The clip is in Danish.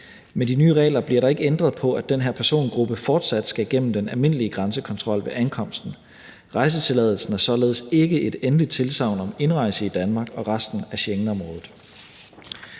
Med de nye regler bliver der ikke ændret på, at den her persongruppe fortsat skal igennem den almindelige grænsekontrol ved ankomsten. Rejsetilladelsen er således ikke et endeligt tilsagn om indrejse i Danmark og resten af Schengenområdet.